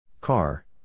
Car